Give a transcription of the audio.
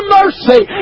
mercy